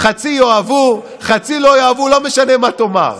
חצי יאהבו, חצי לא יאהבו, לא משנה מה תאמר.